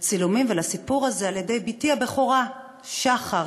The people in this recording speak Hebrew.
לצילומים ולסיפור הזה על-ידי בתי הבכורה שחר.